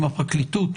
עם הפרקליטות,